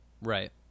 Right